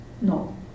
No